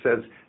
says